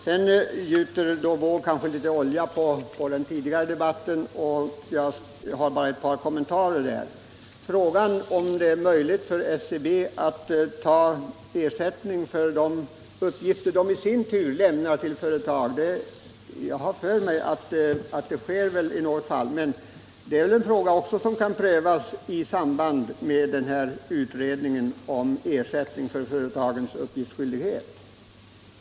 Sedan har herr Wååg kanske gjutit litet olja på den tidigare debatten. Jag vill bara göra ett par kommentarer. Vad det gäller frågan om det är möjligt för SCB att begära ersättning för de uppgifter SCB i sin tur lämnar till företag har jag för mig att så sker i något fall. Det är en fråga som kan prövas i samband med = Nr 7 frågan om ersättning för företagens uppgiftslämnande.